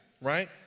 Right